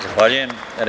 Zahvaljujem.